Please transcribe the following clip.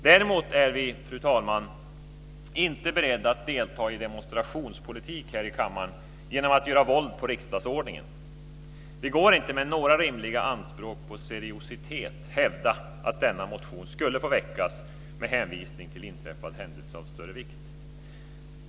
Däremot är vi, fru talman, inte beredda att delta i demonstrationspolitik här i kammaren genom att göra våld på riksdagsordningen. Det går inte med några rimliga anspråk på seriositet att hävda att denna motion skulle få väckas med hänvisning till inträffad händelse av större vikt.